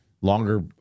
longer –